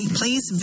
please